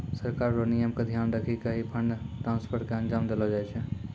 सरकार र नियम क ध्यान रखी क ही फंड ट्रांसफर क अंजाम देलो जाय छै